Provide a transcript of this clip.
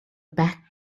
back